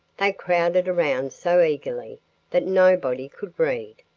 they crowded around so eagerly that nobody could read.